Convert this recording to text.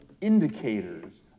Indicators